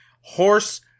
horse